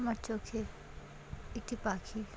আমার চোখের একটি পাখি